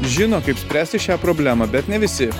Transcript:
žino kaip spręsti šią problemą bet ne visi